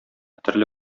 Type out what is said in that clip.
төрле